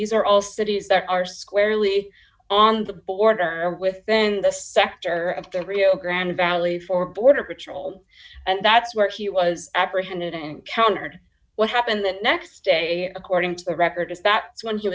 these are all cities that are squarely on the border and within the sector of the rio grande valley for border patrol and that's where he was apprehended and countered what happened the next day according to the record is that when he